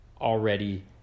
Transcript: already